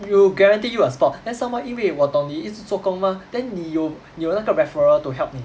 it will guarantee you a spot then somemore 因为我懂你一直做工 mah then 你有你有那个 referral to help 你